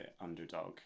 underdog